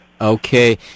Okay